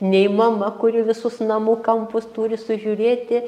nei mama kuri visus namų kampus turi sužiūrėti